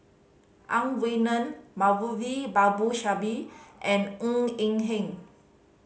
Ang Wei Neng Moulavi Babu Sahib and Ng Eng Hen